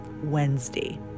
wednesday